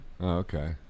Okay